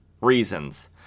reasons